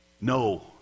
No